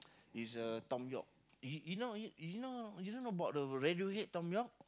is uh Thom-Yorke you you know you know you know about the Radiohead Thom-Yorke